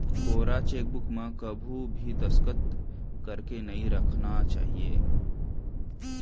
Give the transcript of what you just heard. कोरा चेकबूक म कभू भी दस्खत करके नइ राखना चाही